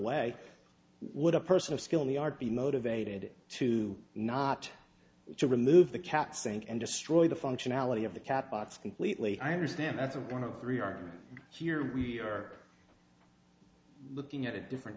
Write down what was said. way would a person of skill in the art be motivated to not to remove the cap saying and destroy the functionality of the cap arts completely i understand that's going to three argument here we are looking at a different